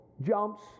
jumps